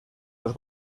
los